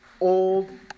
Old